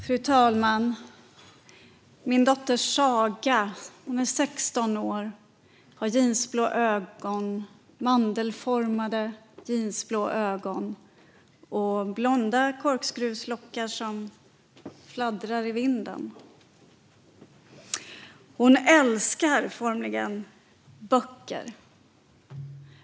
Fru talman! Min dotter Saga är 16 år, har mandelformade jeansblå ögon och blonda korkskruvslockar som fladdrar i vinden. Hon formligen älskar böcker.